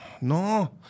No